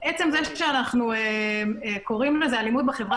עצם זה שאנחנו קוראים לזה אלימות בחברה